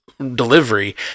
delivery